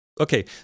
Okay